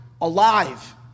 alive